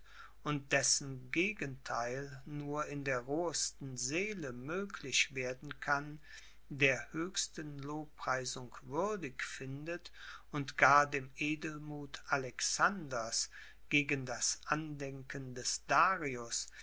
und dessen gegentheil nur in der rohesten seele möglich werden kann der höchsten lobpreisung würdig findet und gar dem edelmuth alexanders gegen das andenken des darius